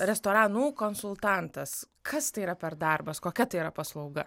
restoranų konsultantas kas tai yra per darbas kokia tai yra paslauga